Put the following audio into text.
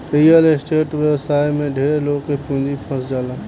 real estate व्यवसाय में ढेरे लोग के पूंजी फंस जाला